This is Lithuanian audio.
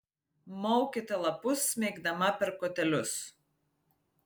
maukite lapus smeigdama per kotelius